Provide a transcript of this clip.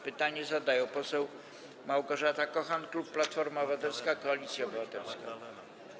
Pytanie zadaje poseł Małgorzata Kochan, klub Platforma Obywatelska - Koalicja Obywatelska.